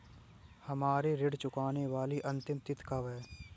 हमारी ऋण चुकाने की अंतिम तिथि कब है?